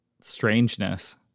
strangeness